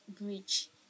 bridge